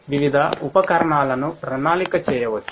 వివిధ ఉపకరణాలనుప్రణాళిక చేయవచ్చు